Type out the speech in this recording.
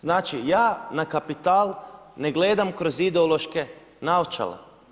Znači ja na kapital ne gledam kroz ideološke naočale.